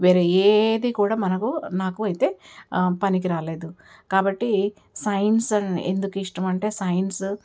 వేరే ఏది కూడా మనకు నాకు అయితే పనికి రాలేదు కాబట్టి సైన్స్ అని ఎందుకు ఇష్టం అంటే సైన్స్